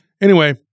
Anyway-